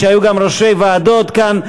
שהיו גם ראשי ועדות כאן,